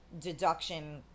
deduction